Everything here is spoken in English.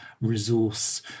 resource